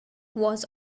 was